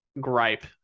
gripe